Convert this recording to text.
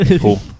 Cool